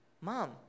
Mom